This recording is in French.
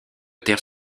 terre